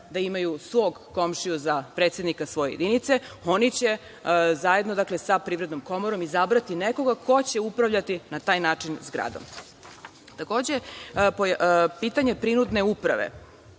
da imaju svog komšiju za predsednika svoje jedinice, oni će zajedno sa Privrednom komorom, izabrati nekoga ko će upravljati na taj način zagradom. Takođe, pitanje prinudne uprave